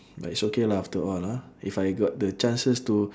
but it's okay lah after a while ah if I got the chances to